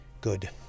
good